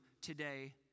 today